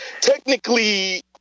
Technically